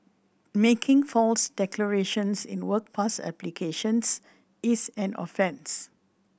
making false declarations in work pass applications is an offence